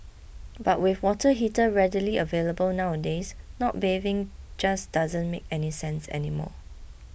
but with water heater readily available nowadays not bathing just doesn't make any sense anymore